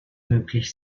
möglich